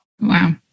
Wow